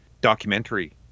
documentary